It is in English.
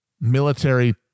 military